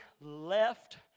left